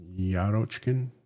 Yarochkin